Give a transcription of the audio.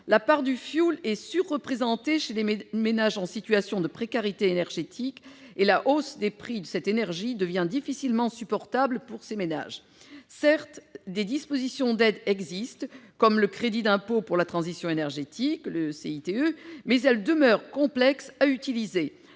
La part du fioul est surreprésentée parmi les ménages en situation de précarité énergétique et la hausse des prix de cette énergie devient difficilement supportable pour eux. Certes, des aides existent, comme le crédit d'impôt pour la transition énergétique, le CITE, mais elles demeurent complexes à utiliser.